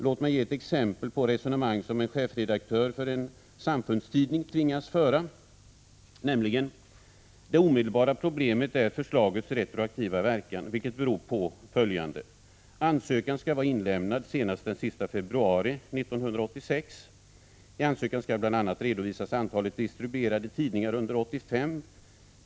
Låt mig ge ett exempel på ett sådant resonemang som en chefredaktör för en samfundstidning tvingas föra. Det omedelbara problemet är förslagets retroaktiva verkan, vilket beror på följande: Ansökan skall vara inlämnad senast den sista februari 1986. I ansökan skall bl.a. redovisas antalet distribuerade tidningar under 1985.